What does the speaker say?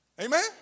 Amen